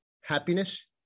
happiness